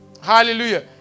Hallelujah